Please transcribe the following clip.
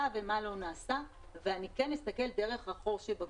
ומה לא נעשה ואני כן אסתכל דרך החור שבגרוש.